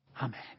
Amen